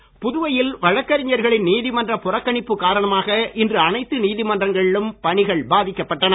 நீதிமன்றம் புதுவையில் வழக்கறிஞர்களின் நீதிமன்ற புறக்கணிப்பு காரணமாக இன்று அனைத்து நீதிமன்றங்களிலும் பணிகள் பாதிக்கப்பட்டன